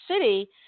city